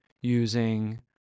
using